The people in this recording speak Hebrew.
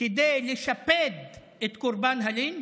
כדי לשפד את קורבן הלינץ'